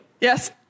yes